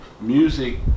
Music